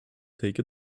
take